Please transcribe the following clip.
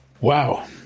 Wow